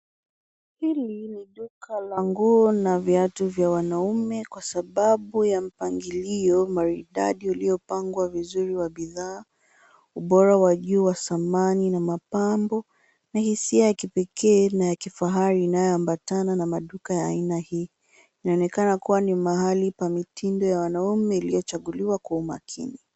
Hili ni duka la nguo na viatu vya wanaume kwa sababu ya mpangilio maridadi uliopangwa vizuri wa bidhaa, ubora wa juu wa samani na mapambo na hisia ya pekee na ya kifahari inayoambatana na maduka ya aina hii. Inaonekana kuwa ni mahali pa mitindo ya wanaume iliyochaguliwa kwa umakini.